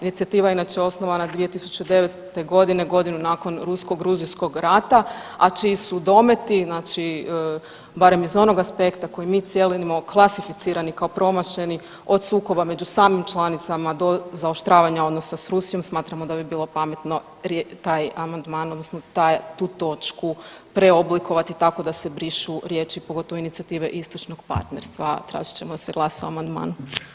Inicijativa je inače osnovana 2009. godine, godinu nakon Rusko-gruzijskog rata, a čiji su dometi znači barem iz onog aspekta koji mi ocjenjujemo klasificirani kao promašeni od sukoba među samim članicama do zaoštravanja odnosa s Rusijom smatramo da bi bilo pametno taj amandman odnosno tu točku preoblikovati tako da se brišu riječi pogotovo inicijative istočnog partnerstva, a tražit ćemo da se glasa o amandmanu.